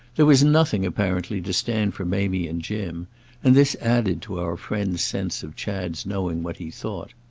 there was nothing, apparently, to stand for mamie and jim and this added to our friend's sense of chad's knowing what he thought.